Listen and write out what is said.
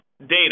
data